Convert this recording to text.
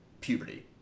puberty